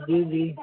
जी जी